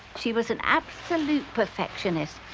she was an absolute perfectionist.